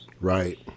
Right